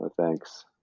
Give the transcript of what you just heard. Thanks